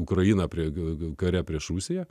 ukrainą prie gaujų kare prieš rusiją